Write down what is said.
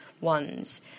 ones